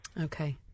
Okay